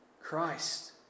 Christ